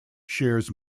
shares